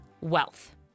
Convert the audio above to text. wealth